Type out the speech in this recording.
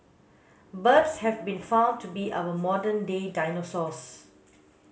birds have been found to be our modern day dinosaurs